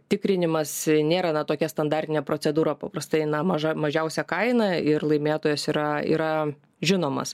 tikrinimas nėra na tokia standartinė procedūra paprastai na maža mažiausia kaina ir laimėtojas yra yra žinomas